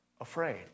afraid